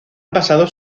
basados